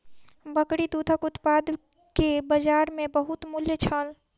बकरी दूधक उत्पाद के बजार में बहुत मूल्य छल